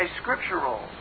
scriptural